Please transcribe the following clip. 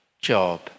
job